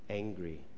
angry